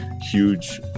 huge